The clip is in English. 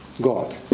God